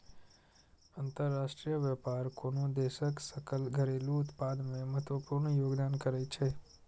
अंतरराष्ट्रीय व्यापार कोनो देशक सकल घरेलू उत्पाद मे महत्वपूर्ण योगदान करै छै